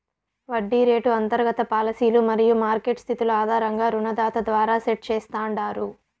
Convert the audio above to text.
వడ్డీ రేటు అంతర్గత పాలసీలు మరియు మార్కెట్ స్థితుల ఆధారంగా రుణదాత ద్వారా సెట్ చేస్తాండారు